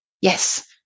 yes